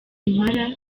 impala